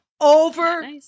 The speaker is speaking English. over